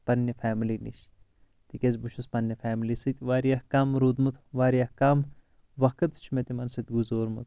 پننہِ فیملی نِش تِکیازِ بہٕ چھُس پننہِ فیملی سۭتۍ واریاہ کم روٗدمُت واریاہ کم وقت چھُ مےٚ تِمن سۭتۍ گُزورمُت